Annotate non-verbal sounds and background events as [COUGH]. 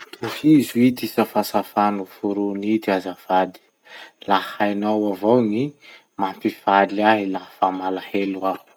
[NOISE] Tohizo ity safasafa noforony ity azafad: "La hainao avao ny mampifaly ahy laha fa malahelo aho